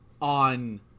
on